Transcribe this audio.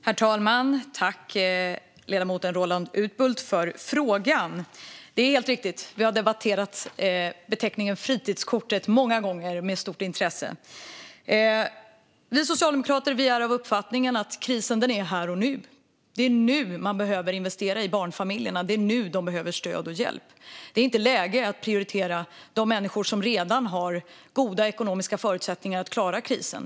Herr talman! Tack, ledamoten Roland Utbult, för frågan! Det är helt riktigt att vi har debatterat beteckningen fritidskort många gånger med stort intresse. Vi socialdemokrater är av uppfattningen att krisen är här och nu. Det är nu man behöver investera i barnfamiljerna. Det är nu de behöver stöd och hjälp. Det är inte läge att prioritera de människor som redan har goda ekonomiska förutsättningar att klara krisen.